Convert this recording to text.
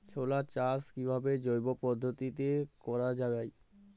ছোলা চাষ কিভাবে জৈব পদ্ধতিতে করা যায়?